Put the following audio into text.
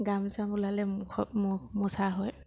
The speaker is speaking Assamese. ঘাম চাম ওলালে মুখত মুখ মছা হয়